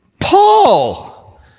Paul